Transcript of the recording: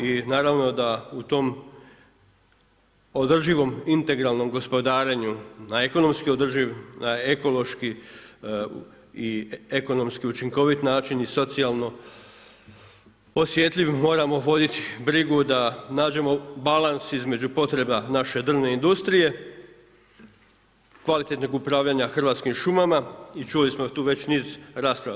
I naravno da u tom održivom integralnom gospodarenju na ekonomski održiv, na ekološki i ekonomski učinkovit način i socijalno osjetljiv moramo voditi brigu da nađemo balans između potreba naše drvne industrije, kvalitetnog upravljanja Hrvatskim šumama i čuli smo tu već niz rasprava.